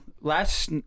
last